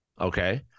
Okay